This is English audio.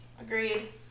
Agreed